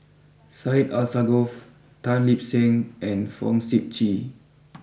Syed Alsagoff Tan Lip Seng and Fong Sip Chee